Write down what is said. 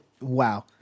wow